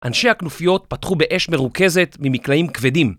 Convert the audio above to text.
אנשי הכנופיות פתחו באש מרוכזת ממקלעים כבדים.